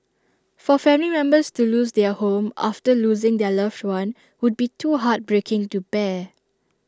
for family members to lose their home after losing their loved one would be too heartbreaking to bear